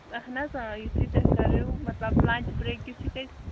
اَہن حظ آ یُتھُے تُہۍ کٔرو مطلب لَنچ برٛیک یُتھُے تُہۍ